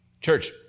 Church